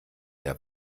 der